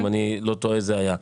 אם אני לא טועה זה היה.